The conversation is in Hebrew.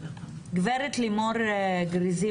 גב' לימור גריזים,